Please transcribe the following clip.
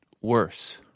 worse